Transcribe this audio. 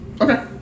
Okay